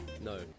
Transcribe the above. No